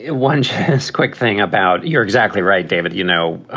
ah one quick thing about. you're exactly right, david. you know,